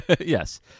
Yes